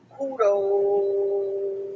Kudo